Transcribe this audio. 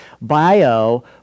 bio